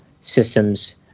systems